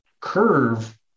curve